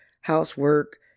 housework